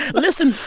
listen.